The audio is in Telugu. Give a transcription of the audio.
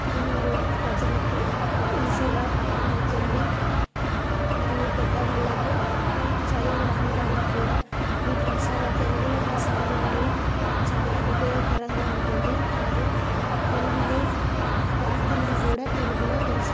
దీనివల్ల ప్రజలకు ఈజీగా అర్థమవుతుంది మరియు పెద్దవాళ్ళకు చదువు రాని వాళ్ళకు కూడా ఈ ప్రసార తెలుగులో ప్రసారాలు వల్ల చాలా ఉపయోగకరంగా ఉంటుంది వారు తెలుగుని వార్తలను కూడా తెలుగులో తెలుసు